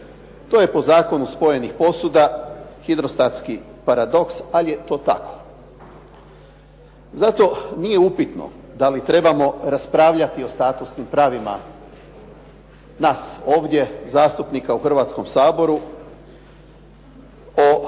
To je po zakonu spojenih posuda hidrostatski paradoks, ali je to tako. Zato nije upitno da li trebamo raspravljati o statusnim pravima nas ovdje, zastupnika u Hrvatskom saboru o